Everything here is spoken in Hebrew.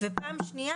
ושנית,